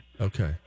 Okay